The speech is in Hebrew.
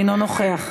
אינו נוכח.